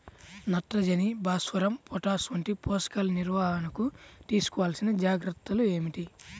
నత్రజని, భాస్వరం, పొటాష్ వంటి పోషకాల నిర్వహణకు తీసుకోవలసిన జాగ్రత్తలు ఏమిటీ?